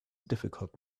difficult